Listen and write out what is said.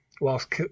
whilst